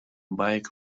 bike